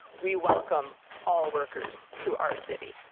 we welcome all workers to our city.